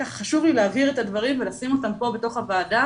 חשוב לי להבהיר את הדברים ולשים אותם פה בתוך הוועדה